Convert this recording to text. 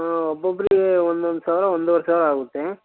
ಹಾಂ ಒಬ್ಬೊಬ್ಬರಿಗೆ ಒಂದೊಂದು ಸಾವಿರ ಒಂದೂವರೆ ಸಾವಿರ ಆಗುತ್ತೆ